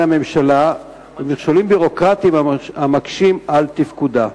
הממשלה ומכשולים ביורוקרטיים המקשים את תפקודה.